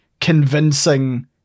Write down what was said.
convincing